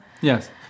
Yes